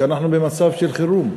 שאנחנו במצב של חירום.